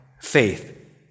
faith